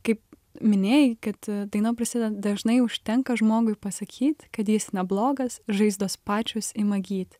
kaip minėjai kad daina prasideda dažnai užtenka žmogui pasakyt kad jis neblogas žaizdos pačios ima gyt